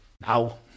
Now